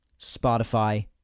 Spotify